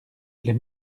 les